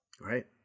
Right